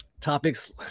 topics